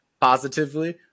positively